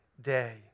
day